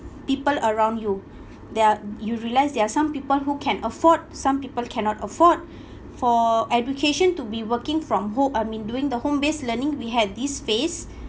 people around you they are you realise there are some people who can afford some people cannot afford for education to be working from ho~ I mean doing the home-based learning we had this phase